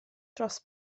dros